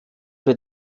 wir